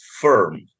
firm